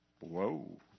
Whoa